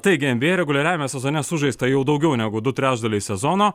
taigi nba reguliariajame sezone sužaista jau daugiau negu du trečdaliai sezono